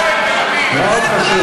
בטוח.